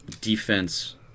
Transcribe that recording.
defense